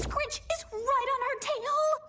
which is right on our tail?